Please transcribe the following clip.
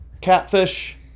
Catfish